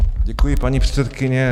Děkuji, paní předsedkyně.